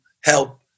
help